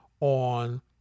on